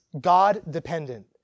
God-dependent